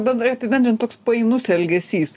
bendrai apibendrint toks painus elgesys